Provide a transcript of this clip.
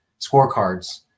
scorecards